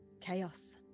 chaos